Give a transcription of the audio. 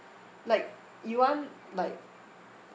like you want like